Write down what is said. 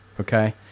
okay